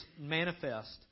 manifest